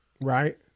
Right